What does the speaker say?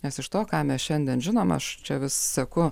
nes iš to ką mes šiandien žinom aš čia vis seku